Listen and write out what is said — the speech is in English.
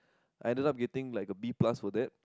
I ended up getting like a B plus for that